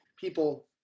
people